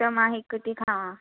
त मां हिकु थी खायां